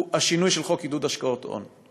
הוא השינוי של עידוד השקעות הון.